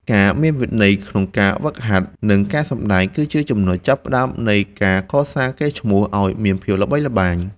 ការមានវិន័យក្នុងការហ្វឹកហាត់ និង ការសម្តែងគឺជាចំណុចចាប់ផ្តើមនៃការកសាងកេរ្តិ៍ឈ្មោះឱ្យមានភាពល្បីល្បាញ។